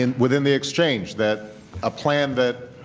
and within the exchange, that a plan that